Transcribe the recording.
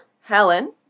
Helen